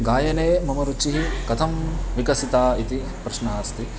गायने मम रुचिः कथं विकसिता इति प्रश्नः अस्ति